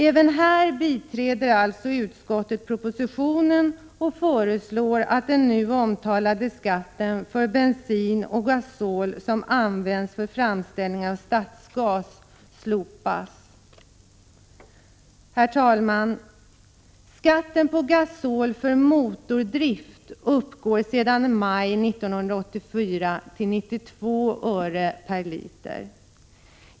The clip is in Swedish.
Även här biträder alltså utskottet propositionen och föreslår att den nu omtalade skatten för bensin och gasol som används för framställning av stadsgas slopas. Herr talman! Skatten på gasol för motordrift uppgår sedan maj 1984 till 92 öre per liter.